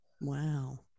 Wow